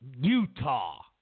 Utah